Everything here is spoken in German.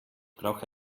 brauche